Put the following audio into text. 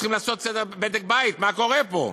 צריכים לעשות סדר ובדק-בית מה קורה פה.